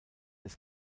des